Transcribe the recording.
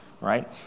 right